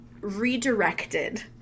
redirected